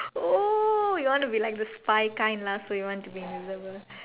oh you want to be like the spy kind lah so you want to be invisible